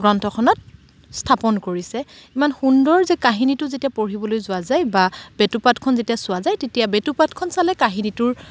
গ্ৰন্থখনত স্থাপন কৰিছে ইমান সুন্দৰ যে কাহিনীটো যেতিয়া পঢ়িবলৈ যোৱা যায় বা বেটুপাতখন যেতিয়া চোৱা যায় তেতিয়া বেটুপাতখন চালে কাহিনীটোৰ